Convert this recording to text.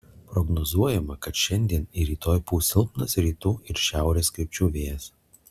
prognozuojama kad šiandien ir rytoj pūs silpnas rytų ir šiaurės krypčių vėjas